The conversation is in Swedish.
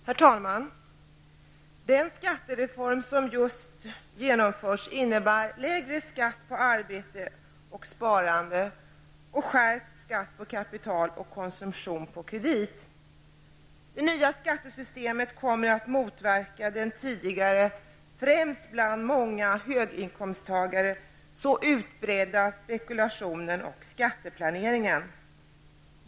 Herr talman! Den skattereform som just genomförts innebär lägre skatt på arbete och sparande samt skärpt skatt på kapital och konsumtion på kredit. Det nya skattesystemet kommer att motverka den tidigare, främst bland många höginkomsttagare, så utbredda spekulationen och skatteplaneringen.